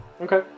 Okay